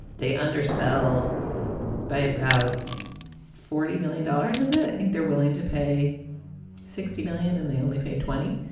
they undersell by about forty million dollars. is it? i think they're willing to pay sixty million and they only pay twenty.